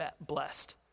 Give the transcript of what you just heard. blessed